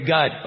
God